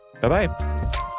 Bye-bye